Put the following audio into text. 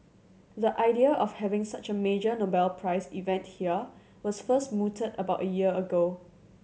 the idea of having such a major Nobel Prize event here was first mooted about a year ago